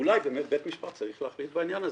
אולי באמת בית משפט צריך להחליט בעניין הזה.